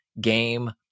game